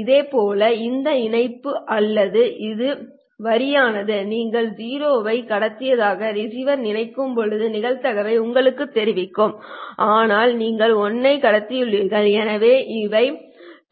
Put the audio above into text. இதேபோல் இந்த இணைப்பு அல்லது இந்த வரியானது நீங்கள் 0 ஐ கடத்தியதாக ரிசீவர் நினைக்கும் நிகழ்தகவை உங்களுக்குத் தெரிவிக்கும் ஆனால் நீங்கள் 1 ஐ கடத்தியுள்ளீர்கள் எனவே இவை